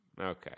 Okay